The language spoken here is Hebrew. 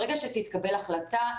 ברגע שתתקבל החלטה,